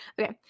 Okay